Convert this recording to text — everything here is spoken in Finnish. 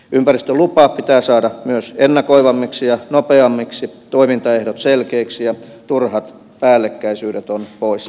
ympäristöluvat pitää saada myös ennakoivammiksi ja nopeammiksi toimintaehdot selkeiksi ja turhat päällekkäisyydet on poistettava